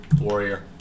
Warrior